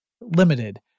limited